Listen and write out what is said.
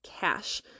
cash